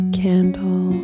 candle